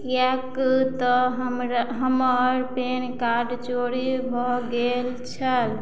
किएक तँ हमरा हमर पैन कार्ड चोरी भऽ गेल छल